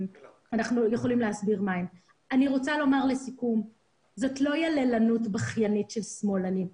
אני רוצה לומר שזאת לא יללנות בכיינית של שמאלנים.